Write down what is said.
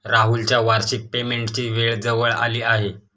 राहुलच्या वार्षिक पेमेंटची वेळ जवळ आली आहे